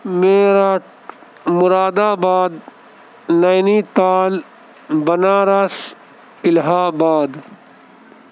Meerut Moradabad Nainital Banaras الہ آباد